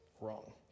wrong